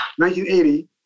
1980